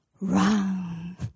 run